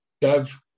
Dove